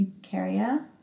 Eukarya